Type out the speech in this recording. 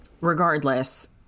Regardless